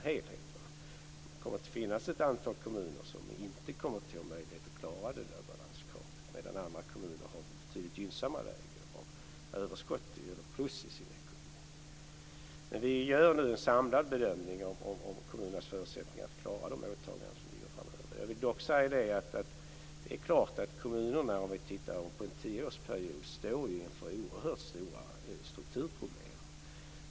Det kommer att finnas ett antal kommuner som inte har möjlighet att klara balanskravet medan andra kommuner har betydligt gynnsammare förutsättningar med överskott i sin ekonomi. Vi gör nu en samlad bedömning av kommunernas förutsättningar att klara de åtaganden som blir aktuella framöver. Det är klart att kommunerna under den kommande tioårsperioden står inför oerhört stora strukturproblem.